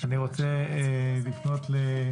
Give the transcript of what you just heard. הסיפור הזה היה ממשיך.